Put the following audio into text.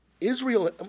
Israel